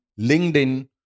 LinkedIn